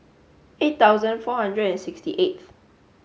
eight thousand four hundred and sixty eighth